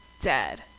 dead